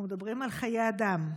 אנחנו מדברים על חיי אדם.